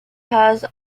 has